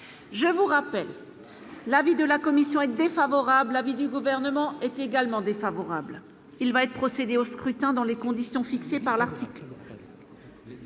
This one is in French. Je vous rappelle l'avis de la commission défavorable à vie du gouvernement est également défavorable, il va être procédé au scrutin dans les conditions fixées par l'article.